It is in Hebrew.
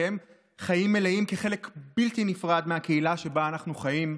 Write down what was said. לקיים חיים מלאים כחלק בלתי נפרד מהקהילה שבה אנחנו חיים,